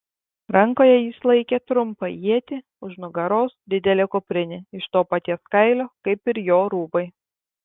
rankoje jis laikė trumpą ietį už nugaros didelė kuprinė iš to paties kailio kaip ir jo rūbai